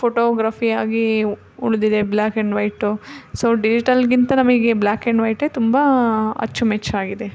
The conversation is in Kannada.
ಫೋಟೋಗ್ರಫಿ ಆಗಿ ಉಳಿದಿದೆ ಬ್ಲ್ಯಾಕ್ ಆ್ಯಂಡ್ ವೈಟು ಸೊ ಡಿಜಿಟಲ್ಗಿಂತ ನಮಗೆ ಬ್ಲ್ಯಾಕ್ ಆ್ಯಂಡ್ ವೈಟೇ ತುಂಬ ಅಚ್ಚುಮೆಚ್ಚಾಗಿದೆ